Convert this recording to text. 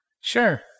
Sure